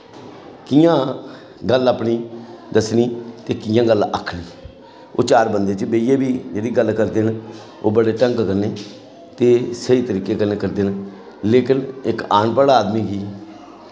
कि'यां गल्ल अपनी दस्सनी ते कि'यां गल्ल आखनी ओह् चार बंदें च बेहियै बी जेह्ड़ी गल्ल करदे न ओह् बड़े ढंग कन्नै ते स्हेई तरीके कन्नै करदे न लेकिन इक अनपढ़ आदमी गी